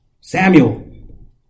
Samuel